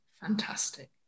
fantastic